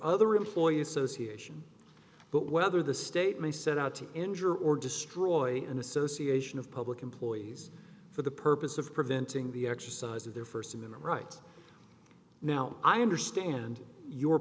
other employees sociate but whether the state may set out to injure or destroy an association of public employees for the purpose of preventing the exercise of their first amendment rights now i understand your